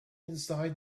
inside